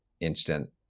instant